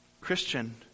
Christian